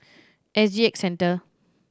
S G X Centre